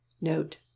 Note